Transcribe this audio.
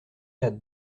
quatre